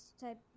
type